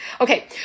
okay